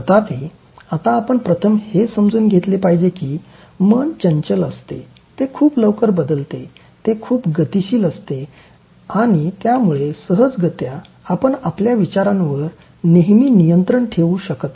तथापि आता आपण प्रथम हे समजून घेतले पाहिजे की मन चंचल असते ते खूप लवकर बदलते ते खूप गतीशील असते आणि त्यामुळे सहजगत्या आपण आपल्या विचारांवर नेहमी नियंत्रण ठेवू शकत नाही